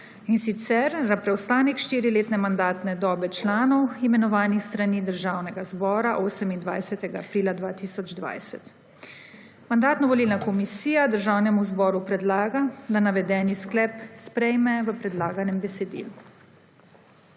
In sicer za preostanek štiriletne mandatne dobe članov, imenovanih s strani državnega zbora 28. aprila 2020. Mandatno-volilna komisija državnemu zboru predlaga, da navedeni sklep sprejme v predlaganem besedilu.